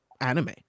anime